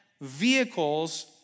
vehicles